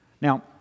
Now